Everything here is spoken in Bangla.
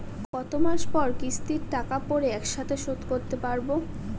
কত মাস পর কিস্তির টাকা পড়ে একসাথে শোধ করতে পারবো?